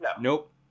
Nope